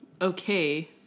okay